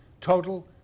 total